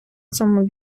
цьому